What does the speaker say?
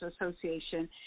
Association